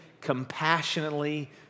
compassionately